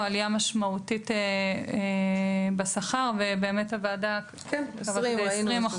עלייה משמעותית בשכר והוועדה --- ראינו,